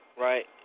right